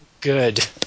good